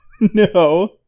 no